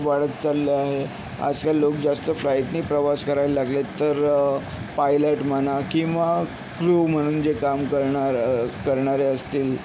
वाढत चालले आहे आजकाल लोक जास्त फ्लाईटनी प्रवास करायला लागलेत तर पायलट म्हणा किंवा क्ऱ्यू म्हणून जे काम करणार करणारे असतील